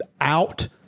out